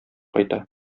кайта